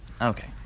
Okay